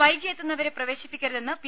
വൈകിയെത്തുന്നവരെ പ്രവേശിപ്പിക്ക രുതെന്ന് പി